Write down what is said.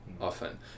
often